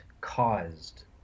caused